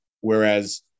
Whereas